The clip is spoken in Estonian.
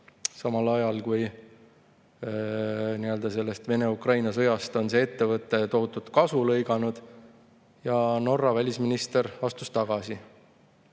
samal ajal kui Vene-Ukraina sõjast on see ettevõte tohutut kasu lõiganud. Norra välisminister astus tagasi.